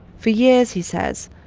for years, he says,